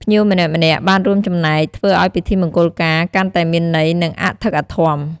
ភ្ញៀវម្នាក់ៗបានរួមចំណែកធ្វើឲ្យពិធីមង្គលការកាន់តែមានន័យ និងអធិកអធម។